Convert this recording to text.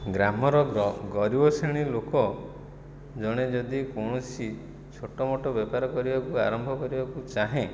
ଗ୍ରାମର ଗ ଗରିବଶ୍ରେଣୀ ଲୋକ ଜଣେ ଯଦି କୌଣସି ଛୋଟ ମୋଟ ବେପାର କରିବାକୁ ଆରମ୍ଭ କରିବାକୁ ଚାହେଁ